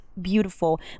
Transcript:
beautiful